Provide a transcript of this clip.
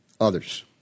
Others